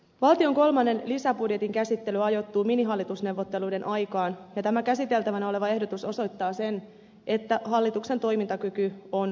valtion kolmannen lisäbudjetin käsittely ajoittuu minihallitusneuvotteluiden aikaan ja tämä käsiteltävänä oleva ehdotus osoittaa sen että hallituksen toimintakyky on varsin heikko